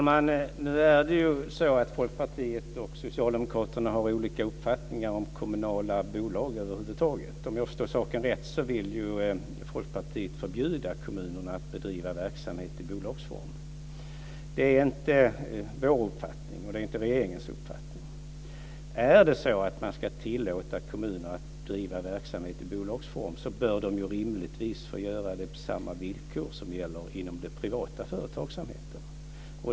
Fru talman! Folkpartiet och Socialdemokraterna har olika uppfattningar om kommunala bolag över huvud taget. Om jag förstår saken rätt så vill ju Folkpartiet förbjuda kommunerna att bedriva verksamhet i bolagsform. Det är inte Socialdemokraternas och regeringens uppfattning. Om man ska tillåta kommuner att driva verksamhet i bolagsform så bör de rimligtvis få göra det på samma villkor som gäller inom den privata företagsamheten.